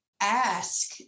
ask